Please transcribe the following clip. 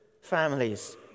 families